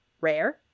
Rare